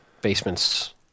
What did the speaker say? basements